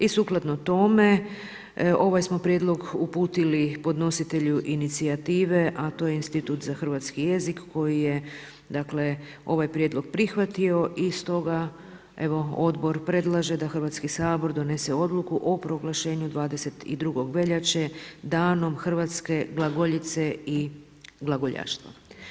I sukladno tome ovaj smo prijedlog uputili podnositelju inicijative, a to je Institut za hrvatski jezik koji je ovaj prijedlog prihvatio i stoga evo Odbor predlaže da Hrvatski sabor donese Odluku o proglašenju 22. veljače Danom hrvatske glagoljice i glagoljaštva.